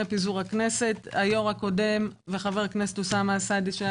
היו"ר הקודם וחבר הכנסת אוסאמה סעדי,